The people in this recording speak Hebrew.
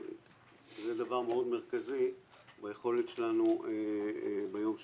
זה דבר מאוד מרכזי ביכולת שלנו ביום שאחרי.